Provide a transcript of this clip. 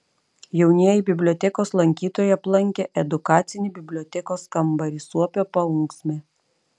jaunieji bibliotekos lankytojai aplankė edukacinį bibliotekos kambarį suopio paunksmė